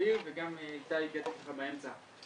דביר וגם איתי ככה באמצע.